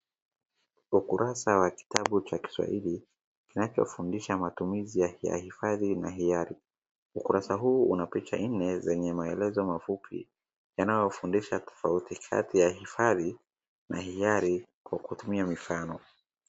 ukurasa wa kitabu Cha kiswahili ufundisha matumizi ya hifadi na hiyari. ukurasa huu unapicha nne nye mayelezo mafupi yanayofundisha tofauti kati ya hifadi na hiyari kutumia mifano.